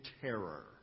terror